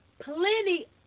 plenty